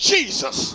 Jesus